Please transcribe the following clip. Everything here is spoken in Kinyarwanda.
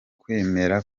kwemera